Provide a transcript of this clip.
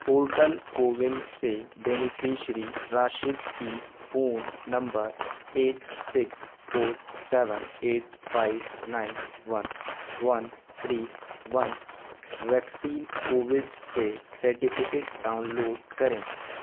portal CoWIN سے beneficiary Rashid کی phone number eight six four seven eight five nine one one three one vaccine Covid سے certificate download کریں